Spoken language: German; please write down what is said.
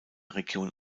region